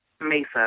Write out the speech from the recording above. Mesa